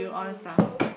um true